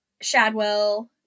Shadwell